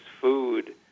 food